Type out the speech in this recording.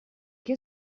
que